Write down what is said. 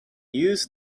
used